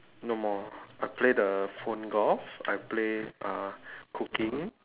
no more I play the phone golf I play uh cooking